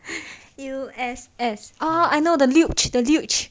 U_S_S ah I know the luge the luge